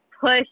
Push